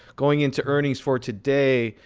going into earnings for today,